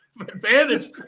advantage